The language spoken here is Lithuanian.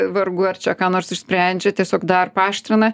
vargu ar čia ką nors išsprendžia tiesiog dar paaštrina